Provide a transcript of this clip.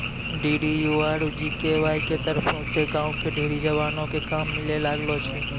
DDU आरु GKY के तरफो से गांव के ढेरी जवानो क काम मिलै लागलो छै